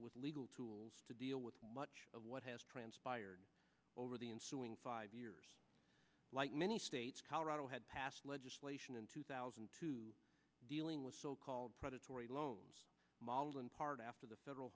with legal tools to deal with much of what has transpired over the ensuing five years like many states colorado had passed legislation in two thousand and two dealing with so called predatory loans and part after the federal